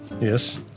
Yes